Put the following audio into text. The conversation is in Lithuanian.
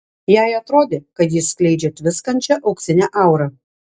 jai atrodė kad jis skleidžia tviskančią auksinę aurą